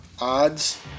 Odds